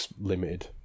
limited